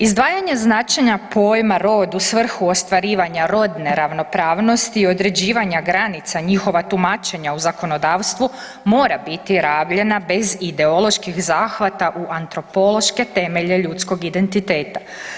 Izdvajanje značenja pojma „rod“ u svrhu ostvarivanja rodne ravnopravnosti i određivanja granica njihova tumačenja u zakonodavstvu mora biti rabljena bez ideoloških zahvata u antropološke temelje ljudskog identiteta.